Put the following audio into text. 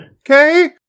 Okay